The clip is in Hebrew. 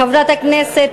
חברת הכנסת,